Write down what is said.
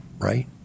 right